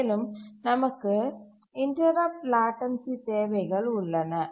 மேலும் நமக்கு interrupt latency தேவைகள் உள்ளன